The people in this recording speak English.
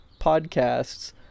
podcasts